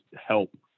help